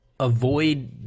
avoid